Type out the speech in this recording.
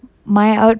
my out